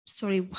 sorry